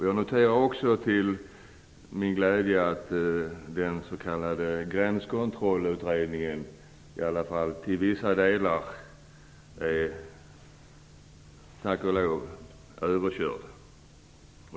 Jag noterar att den s.k. Gränskontrollutredningen till min glädje i varje fall till vissa delar har körts över.